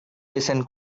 listened